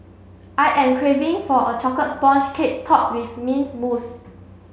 I am craving for a chocolate sponge cake topped with mint mousse